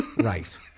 right